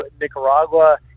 Nicaragua